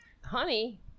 Honey